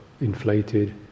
inflated